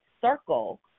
circle